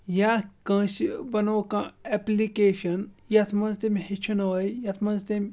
یا کٲنٛسہِ بَنوٚو کانٛہہ اٮ۪پلِکیشَن یَتھ منٛز تٔمۍ ہیٚچھنوے یَتھ منٛز تٔمۍ